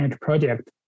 project